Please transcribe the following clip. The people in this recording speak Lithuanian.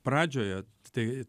pradžioje tai